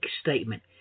statement